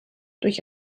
durch